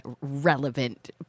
relevant